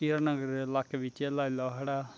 हिरानगर लाके बिच्च लाई लाओ साढ़ा